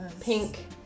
pink